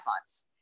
months